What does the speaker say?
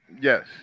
Yes